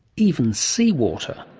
even sea water.